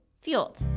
fueled